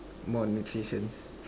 more nutritions